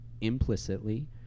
implicitly